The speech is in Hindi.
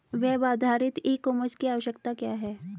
वेब आधारित ई कॉमर्स की आवश्यकता क्या है?